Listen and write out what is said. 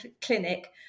clinic